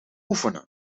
oefenen